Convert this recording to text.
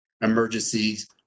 emergencies